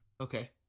Okay